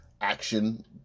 action